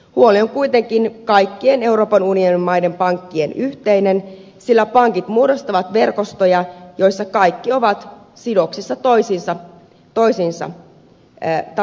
huoli on kuitenkin kaikkien euroopan unionin maiden pankkien yhteinen sillä pankit muodostavat verkostoja joissa kaikki ovat sidoksissa toisiinsa tavalla tai toisella